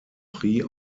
prix